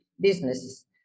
businesses